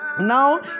Now